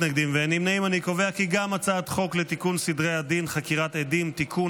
אנחנו עוברים להצבעה על הצעת חוק לתיקון סדרי הדין (חקירת עדים) (תיקון,